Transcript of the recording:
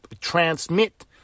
transmit